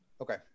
Okay